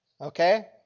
Okay